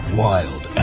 wild